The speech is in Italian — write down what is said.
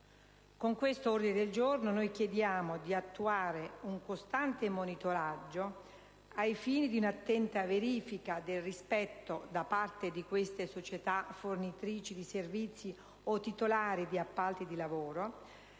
Con questo ordine del giorno chiediamo dunque dì attuare un costante monitoraggio ai fini di un'attenta verifica del rispetto, da parte dì queste società fornitrici di servizi o titolari di appalti di lavoro